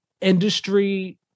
industry